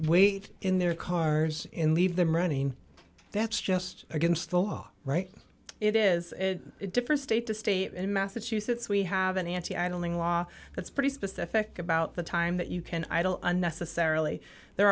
we in their cars in leave them running that's just against the law right it is a different state to state in massachusetts we have an anti idling law that's pretty specific about the time that you can idle unnecessarily there